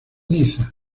niza